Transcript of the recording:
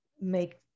make